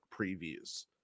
previews